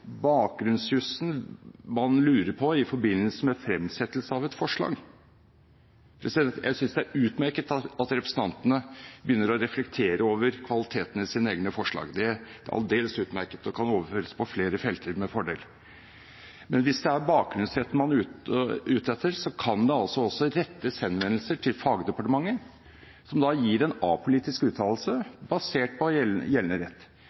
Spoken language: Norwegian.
man lurer på i forbindelse med fremsettelse av et forslag? Jeg synes det er utmerket at representantene begynner å reflektere over kvaliteten i sine egne forslag – det er aldeles utmerket og kan med fordel overføres på flere felt – men hvis det er bakgrunnsretten man er ute etter, kan det altså også rettes henvendelser til fagdepartementet, som da gir en apolitisk uttalelse basert på gjeldende rett